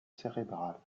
cérébrale